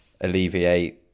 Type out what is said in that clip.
alleviate